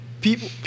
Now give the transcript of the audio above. people